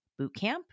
bootcamp